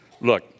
Look